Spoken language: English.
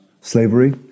slavery